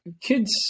kids